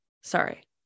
sorry